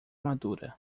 madura